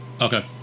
Okay